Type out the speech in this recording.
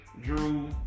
Drew